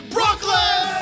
Brooklyn